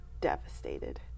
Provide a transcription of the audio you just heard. devastated